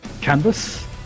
canvas